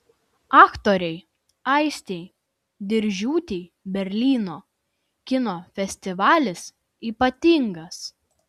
aktorei aistei diržiūtei berlyno kino festivalis ypatingas